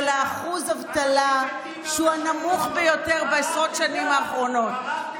של אחוז אבטלה שהוא הנמוך ביותר בעשרות השנים האחרונות.